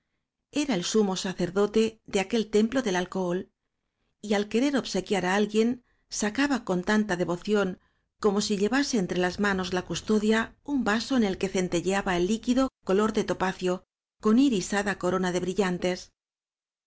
era el sumo sacerdote de aquel templo del alcohol y al querer obsequiar á alguien sacaba con tanta devoción como si llevase entre las manos la custodia un vaso en el que centelleaba el líquido color de topa cio con irisada corona de brillantes